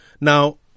now